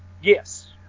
yes